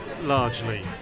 largely